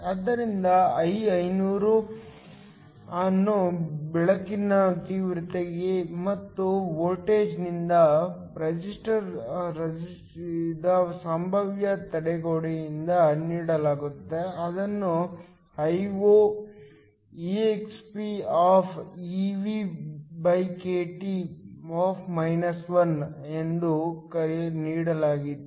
ಆದ್ದರಿಂದ I500 ಅನ್ನು ಬೆಳಕಿನ ತೀವ್ರತೆ ಮತ್ತು ವೋಲ್ಟೇಜ್ನಿಂದ ರೆಸಿಸ್ಟರ್ ರಚಿಸಿದ ಸಂಭಾವ್ಯ ತಡೆಗೋಡೆಯಿಂದ ನೀಡಲಾಗುತ್ತದೆ ಇದನ್ನು Io exp eVkT −1 ಎಂದು ನೀಡಲಾಗಿದೆ